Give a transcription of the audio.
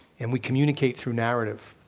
and we communicate through narrative.